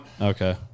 Okay